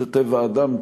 זה טבע האדם,